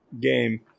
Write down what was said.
game